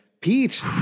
Pete